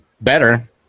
better